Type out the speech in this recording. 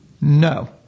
No